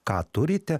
ką turite